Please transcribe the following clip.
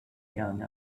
young